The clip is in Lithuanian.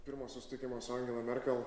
pirmo susitikimo su angela merkel